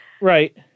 Right